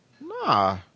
Nah